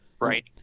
Right